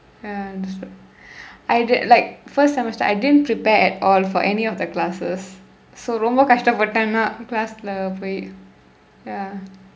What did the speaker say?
ya I did like first semester I didn't prepare at all for any of their classes so ரொம்ப கஷ்டப்பட்டேன் நான்:rompa kashdappatdeen naan class இல்ல போய்:illa pooy ya